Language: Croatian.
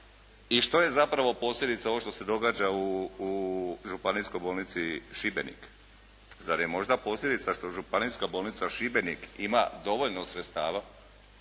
i što je zapravo posljedica ovog što se događa u županijskoj bolnici Šibenik. Zar je možda posljedica što županijska bolnica Šibenik ima dovoljno sredstava?